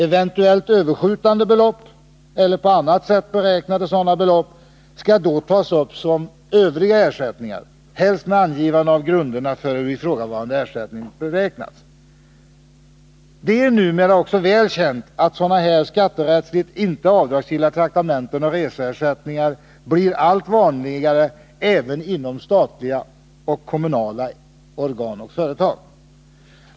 Eventuellt överskjutande belopp eller på annat sätt beräknade belopp skall då tas upp under Övriga ersättningar, helst med angivande av grunderna för hur ifrågavarande ersättning beräknats. Det är numera välkänt att skatterättsligt icke avdragsgilla traktamenten och reseersättningar blir allt vanligare även inom statliga och kommunala organ samt företag.